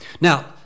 Now